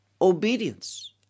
obedience